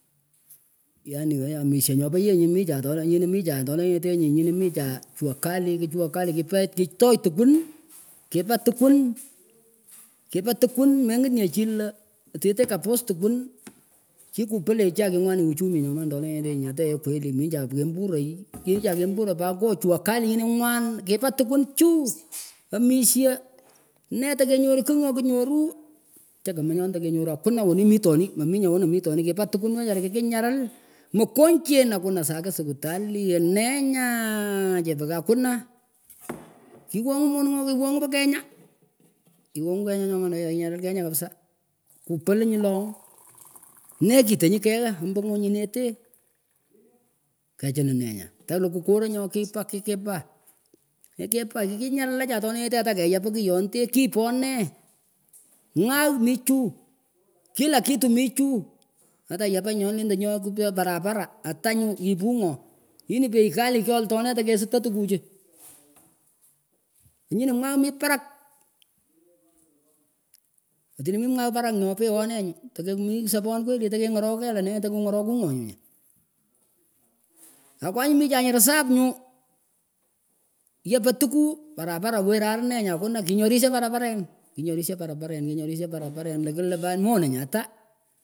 Yanih wechay omishah nyopoh yeh nyih michah atanah nyih toletenyih nyinah micha juakali kinjuakali lipech kihtoch tkwun kipah tukweh kipah tukwun mengitnyeh chih lah ateteh kapus tukwun kikupelechah kingwanit uchumi nyoman tolenyetenyih ngataheeh kweli michah kemburey michah kemburay pat ngoh chuakali nyinah ngwan kipah tukwun chuu omishah hee tekenyoruh kigh nyoh knyoruh chekamah nyonih tekenyoruh akuna wenih mitohnih meminyeh wenah mitchnich kipah tukwun wechara kikinyaril mokonjen akuna sakit sikutai enenyah aaah chepah akuna kiwonguh moningah kiwonguh kenya kiwonyuh kenya nyoman weechara kanyaril kenya kabisa kupaluh nyuloh nehkiteh nyi keghah ombo ngunyineteh kachinih nenyah talukuh korah nyokihkipah kipah kikipah kikinyarlahchah tolenyeteeh atahkeyap omyiyonden kiponeh mwagh mih chuu kila kitu min chuu atayapanyih nyonih endeh nyoah keoch parapara atanyuh ipuh ngoh hii ni bei kali kyoltoh nee tekestah tukuchuh anyinah mwagh mi parak atinah mih mwagh parak nooh kpeohnenyuh tekeh mih sapon kweli tekengorokoh keyh lenen tohku ngorokho ngo nyah akwanyih michah reserve nyu yapah tukuh paraparen kinyori sha paraparen kinyori sha parapara tekulah pat monah nyah atah.